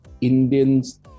Indians